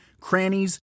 crannies